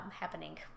happening